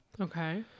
Okay